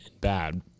bad